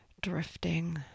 drifting